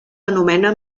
anomena